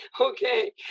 Okay